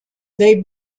they